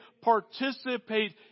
participate